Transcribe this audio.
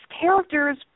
characters